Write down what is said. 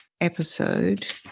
episode